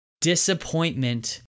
Disappointment